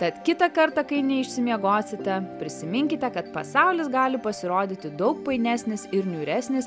tad kitą kartą kai neišsimiegosite prisiminkite kad pasaulis gali pasirodyti daug painesnis ir niūresnis